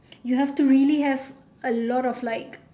you have to really have a lot of like